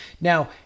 Now